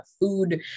food